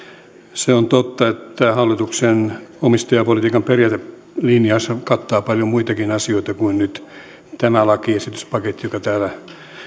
se on totta että tämä hallituksen omistajapolitiikan periaatelinjaushan kattaa paljon muitakin asioita kuin nyt tämän lakiesityspaketin joka täällä